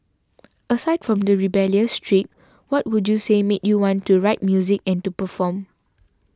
aside from the rebellious streak what would you say made you want to write music and to perform